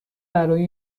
برای